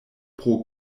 pro